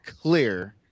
clear